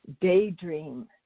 daydream